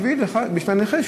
בשביל הנכה,